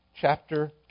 chapter